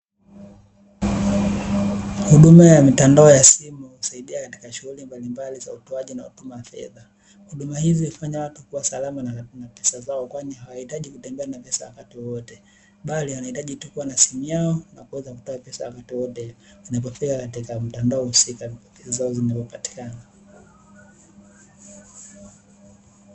Huduma ya mitandao ya simu husaidia katika shughuli mbalimbali za utoaji na kutuma fedha, huduma hizi hufanya watu kuwa salama na pesa zao kwani hawahitaji kutembea na pesa wakati wote, bali anahitaji tu kuwa na simu yao na kuweza kutoa pesa wakati wowote inapofika katika mtandao husika ambao pesa zao zinapatikana.